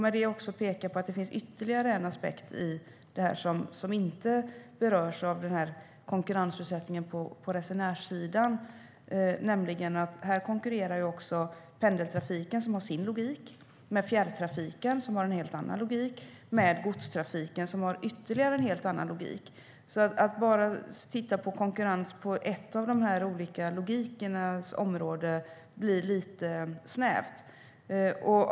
Med det vill jag peka på att det finns ytterligare en aspekt i detta som inte berörs av konkurrensutsättningen på resenärssidan, nämligen att pendeltrafiken, som har sin logik, konkurrerar med fjärrtrafiken, som har en helt annan logik, och med godstrafiken, som har ytterligare en helt annan logik. Att bara titta på konkurrensen på ett av dessa logikområden blir lite snävt.